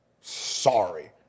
Sorry